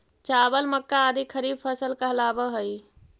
चावल, मक्का आदि खरीफ फसल कहलावऽ हइ